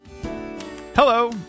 Hello